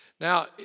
Now